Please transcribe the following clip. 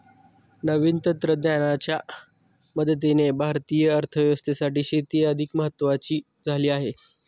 नवीन तंत्रज्ञानाच्या मदतीने भारतीय अर्थव्यवस्थेसाठी शेती अधिक महत्वाची झाली आहे